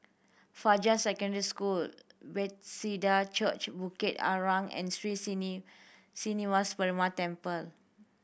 Fajar Secondary School Bethesda Church Bukit Arang and Sri Srinivasa Perumal Temple